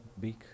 big